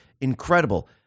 incredible